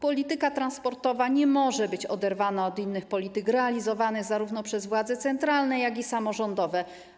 Polityka transportowa nie może być oderwana od innych polityk realizowanych przez władze zarówno centralne, jak i samorządowe.